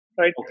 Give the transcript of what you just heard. right